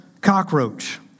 cockroach